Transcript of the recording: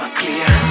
clear